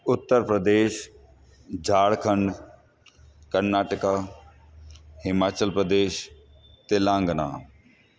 Uttar Pradesh Jharkhand Karnataka Himachal Pradesh Telangana